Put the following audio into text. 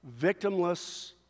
victimless